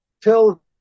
till